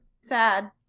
Sad